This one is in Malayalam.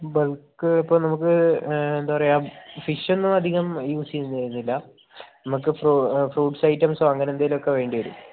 ബൾക്ക് ഇപ്പോൾ നമുക്ക് എന്താ പറയുക ഫിഷൊന്നും അധികം യൂസ് ചെയ്തിരുന്നില്ല നമുക്ക് ഫ്രൂട്സ് ഐറ്റംസോ അങ്ങനെയെന്തെങ്കിലുമൊക്കെ വേണ്ടി വരും